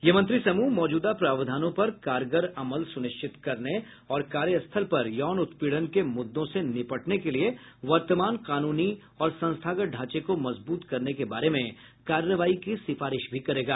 यह मंत्रिसमूह मौजूदा प्रावधानों पर कारगर अमल सुनिश्चित करने और कार्यस्थल पर यौन उत्पीड़न के मुददों से निपटने के लिए वर्तमान कानूनी और संस्थागत ढांचे को मजबूत करने के बारे में कार्रवाई की सिफारिश भी करेगा